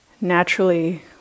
naturally